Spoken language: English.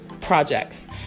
projects